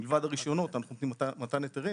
מלבד הרישיונות אנחנו נותנים מתן היתרים